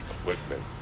equipment